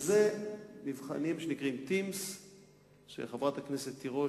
אלה מבחנים שנקראים TIMSS. וחברת הכנסת תירוש,